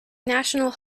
national